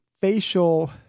facial